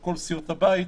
של כל סיעות הבית,